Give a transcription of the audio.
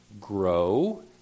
grow